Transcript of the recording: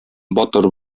батыр